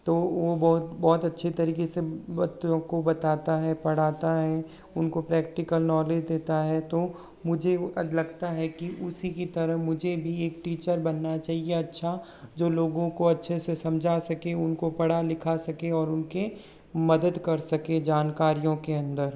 तो वो बहुत बहुत अच्छे तरीके से बच्चों को बताता है पढ़ाता है उनको प्रैक्टिकल नॉलेज देता है तो मुझे लगता है कि उसी की तरह मुझे भी एक टीचर बनना चाहिए अच्छा जो लोगों को अच्छे से समझा सके उनको पढ़ा लिखा सके और उनके मदद कर सके जानकारियों के अंदर